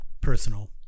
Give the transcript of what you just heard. Personal